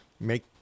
make